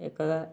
ଏକ